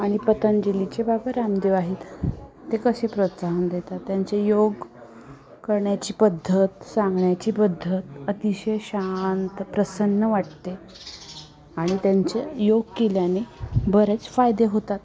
आणि पतंजलीचे बाबा रामदेव आहेत ते कसे प्रोत्साहन देतात त्यांचे योग करण्याची पद्धत सांगण्याची पद्धत अतिशय शांत प्रसन्न वाटते आणि त्यांचे योग केल्याने बरेच फायदे होतात